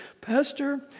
Pastor